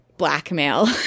blackmail